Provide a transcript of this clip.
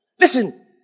Listen